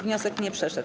Wniosek nie przeszedł.